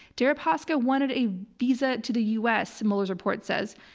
deripaska wanted a visa to the u. s. mueller's report says,